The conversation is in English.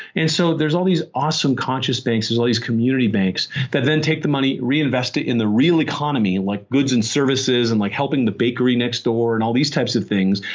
and so there's all these awesome conscious banks. there's all these community banks that then take the money, reinvest it in the real economy likes like goods and services, and like helping the bakery next door, and all these types of things,